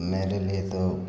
मेरे लिए तो